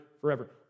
forever